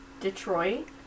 detroit